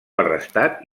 arrestat